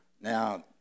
Now